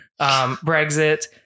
Brexit